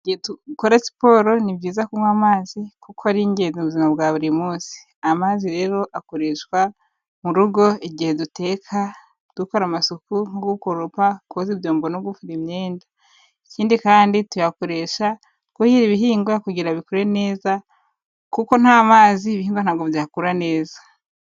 Igihe dukora siporo ni byiza kunywa amazi kuko ari ingenzi mu buzima bwa buri munsi, amazi rero akoreshwa mu rugo igihe duteka dukora amasuku Niko gukoropa koza ibyombo no gufura imyenda, ikindi kandi tuyakoresha twuhira ibihingwa kugira ngo bikure neza kuko nta mazi ibihingwa ntabwo byakura neza.